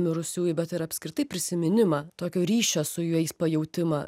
mirusiųjų bet ir apskritai prisiminimą tokio ryšio su jais pajautimą